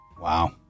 Wow